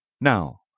Now